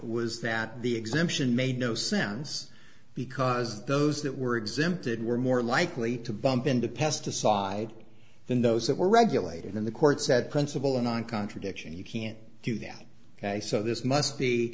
was that the exemption made no sense because those that were exempted were more likely to bump into pesticide than those that were regulated in the courts that principle of non contradiction you can't do that and so this must be